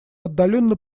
отдаленно